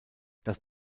das